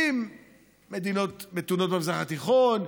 עם מדינות מתונות במזרח התיכון,